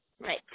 Right